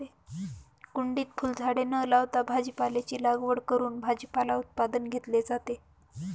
कुंडीत फुलझाडे न लावता भाजीपाल्याची लागवड करून भाजीपाला उत्पादन घेतले जाते